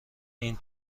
این